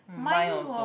mm mine also